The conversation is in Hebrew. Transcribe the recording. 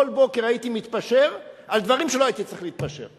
כל בוקר הייתי מתפשר על דברים שלא הייתי צריך להתפשר,